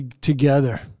together